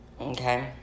Okay